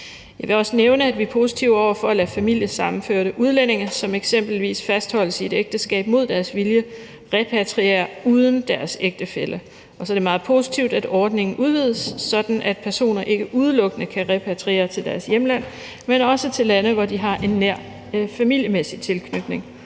Jeg vil også nævne, at vi er positive over for at lade familiesammenførte udlændinge, som eksempelvis fastholdes i et ægteskab mod deres vilje, repatriere uden deres ægtefælle. Og så er det meget positivt, at ordningen udvides, sådan at personer ikke udelukkende kan repatriere til deres hjemland, men også til lande, hvor de har en nær familiemæssig tilknytning.